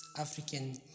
African